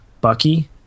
Bucky